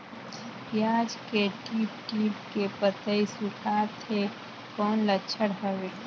पियाज के टीप टीप के पतई सुखात हे कौन लक्षण हवे?